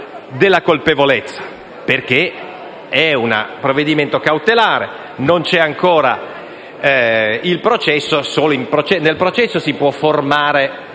della colpevolezza, perché è un provvedimento cautelare, non c'è ancora il processo e soltanto nel processo si può formare